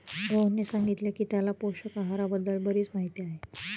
रोहनने सांगितले की त्याला पोषक आहाराबद्दल बरीच माहिती आहे